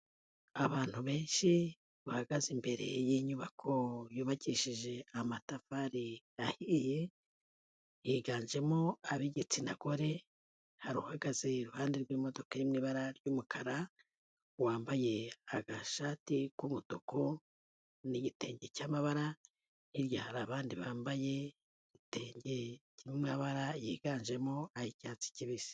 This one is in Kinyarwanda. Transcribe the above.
Abantu benshi bahagaze imbere y'inyubako yubakishije amatafari ahiye, higanjemo ab'igitsina gore, hari uhagaze iruhande rw'imodoka iri mu ibara ry'umukara, wambaye agashati k'umutuku n'igitenge cy'amabara, hirya hari abandi bambaye ibitenge by'amabara yiganjemo ay'icyatsi kibisi.